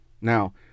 Now